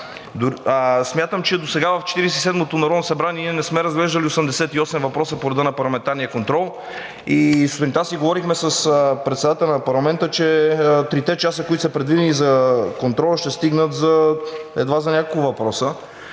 Смятам, че досега в Четиридесет и седмото народно събрание ние не сме разглеждали 88 въпроса по реда на парламентарния контрол. Сутринта си говорихме с председателя на парламента, че трите часа, които са предвидени за контрол, ще стигнат едва за няколко въпроса,